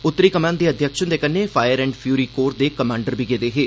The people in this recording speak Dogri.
उत्तरी कमान अध्यक्ष हन्दे कन्नै फायर एंड फ्यूरी कोर दे कमांडर बी गेदे हे